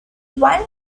one